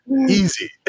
Easy